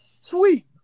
Sweet